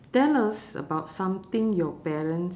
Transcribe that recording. tell us about something your parents